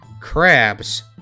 crabs